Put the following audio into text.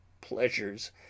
pleasures